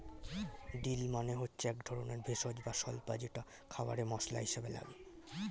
deal মানে হচ্ছে একধরনের ভেষজ বা স্বল্পা যেটা খাবারে মসলা হিসেবে লাগে